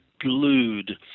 glued